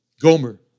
Gomer